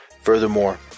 Furthermore